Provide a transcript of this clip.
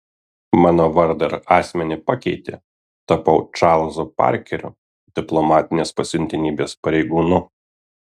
mano vardą ir asmenį pakeitė tapau čarlzu parkeriu diplomatinės pasiuntinybės pareigūnu